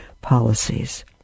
policies